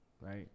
Right